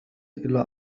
إلى